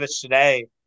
today